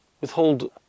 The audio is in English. withhold